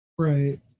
Right